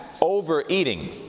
overeating